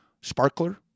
sparkler